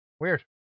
Weird